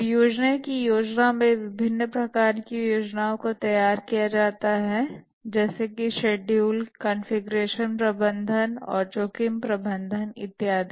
परियोजना की योजना में विभिन्न प्रकार की योजनाओं को तैयार किया जाता है जैसे कि शेड्यूल कॉन्फ़िगरेशन प्रबंधन और जोखिम प्रबंधन इत्यादि